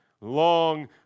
Long